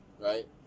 Right